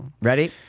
Ready